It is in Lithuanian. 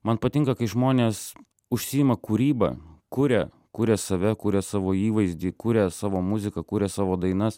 man patinka kai žmonės užsiima kūryba kuria kuria save kuria savo įvaizdį kuria savo muziką kuria savo dainas